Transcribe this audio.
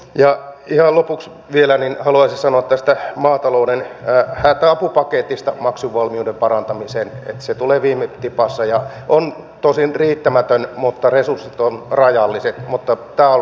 ja ihan lopuksi vielä haluaisin sanoa tästä maatalouden hätäapupaketista maksuvalmiuden parantamiseen että se tulee viime tipassa ja on tosin riittämätön resurssit ovat rajalliset mutta on erittäin hieno juttu